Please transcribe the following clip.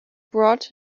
brought